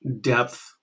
depth